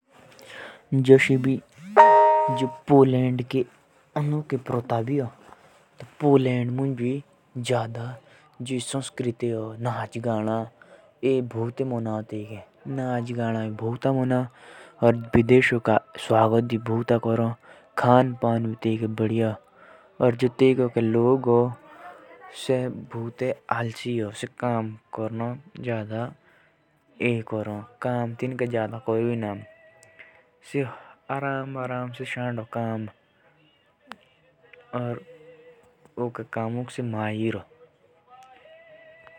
जस पोलेंड के संस्कृती ह, तेंदे नाच गाना खूब हो, और विदेशियों का मान सम्मान भी खूब करो और से दैनिक काम करने का आलसी से होन।